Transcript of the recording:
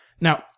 Now